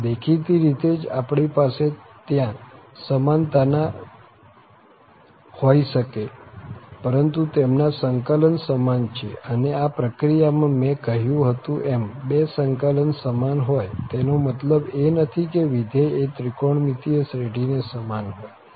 આમ દેખીતી રીતે જ આપણી પાસે ત્યાં સમાનતા ના હોઈ શકે પરંતુ તેમના સંકલન સમાન છે અને આ પ્રક્રિયા માં મેં કહ્યું હતું એમ બે સંકલન સમાન હોય તેનો મતલબ એ નથી કે વિધેય એ ત્રિકોણમિતિય શ્રેઢીને સમાન હોય